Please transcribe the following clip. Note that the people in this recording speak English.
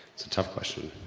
it's a tough question.